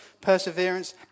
perseverance